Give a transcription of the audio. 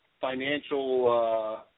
financial